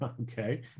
Okay